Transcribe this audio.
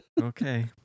Okay